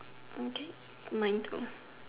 okay mine